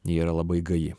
ji yra labai gaji